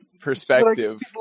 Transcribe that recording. perspective